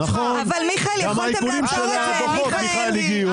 נכון, גם העיקולים של הדוחות הגיעו, מיכאל.